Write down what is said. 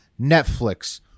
Netflix